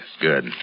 Good